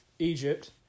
Egypt